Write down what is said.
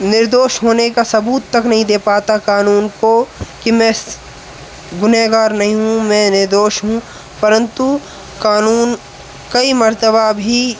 निर्दोश होने तक का सबूत तक नहीं दे पाता कानून को की मैं गुनहगार नहीं हूँ मैं निर्दोष हूँ परन्तु कानून कई मर्तबा भी